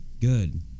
good